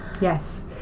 Yes